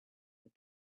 but